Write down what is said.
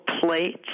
plates